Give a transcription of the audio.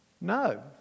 no